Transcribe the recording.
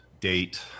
date